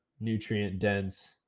nutrient-dense